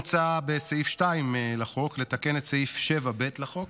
מוצע בסעיף 2 לחוק לתקן את סעיף 7(ב) לחוק,